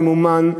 ממומן,